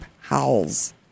howls